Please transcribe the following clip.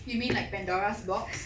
you mean like pandora's box